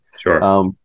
Sure